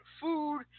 food